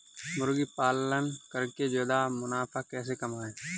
मुर्गी पालन करके ज्यादा मुनाफा कैसे कमाएँ?